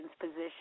position